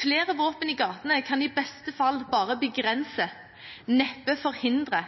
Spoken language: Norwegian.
Flere våpen i gatene kan i beste fall bare begrense – neppe forhindre